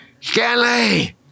Stanley